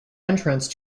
entrance